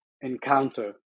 encounter